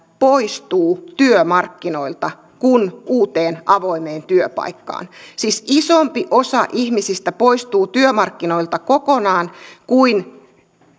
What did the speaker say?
poistuu työmarkkinoilta kuin uuteen avoimeen työpaikkaan siis isompi osa ihmisistä poistuu työmarkkinoilta kokonaan kuin